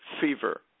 fever